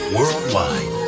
Worldwide